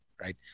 right